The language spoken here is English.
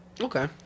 Okay